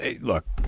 look